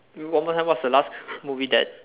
one one more time what's the last movie that